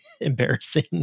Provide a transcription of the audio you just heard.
embarrassing